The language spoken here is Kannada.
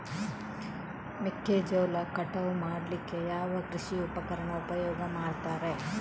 ಮೆಕ್ಕೆಜೋಳ ಕಟಾವು ಮಾಡ್ಲಿಕ್ಕೆ ಯಾವ ಕೃಷಿ ಉಪಕರಣ ಉಪಯೋಗ ಮಾಡ್ತಾರೆ?